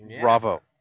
Bravo